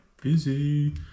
busy